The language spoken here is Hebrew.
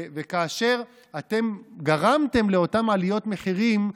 וכאשר אתם גרמתם לאותן עליות מחירים,